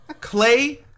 clay